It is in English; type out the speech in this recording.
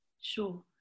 Sure